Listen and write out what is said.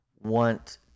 want